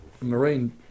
marine